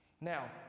now